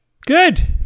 good